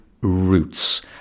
roots